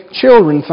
children